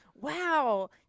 Wow